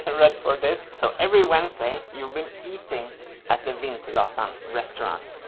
ah ready for this? so every wednesday you've been eating at the wintergatan restaurant,